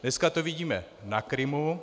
Dneska to vidíme na Krymu.